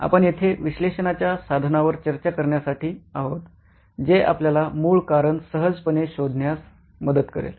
आपण येथे विश्लेषणाच्या साधनावर चर्चा करण्यासाठी आहोत जे आपल्याला मूळ कारण सहजपणे शोधण्यात मदत करेल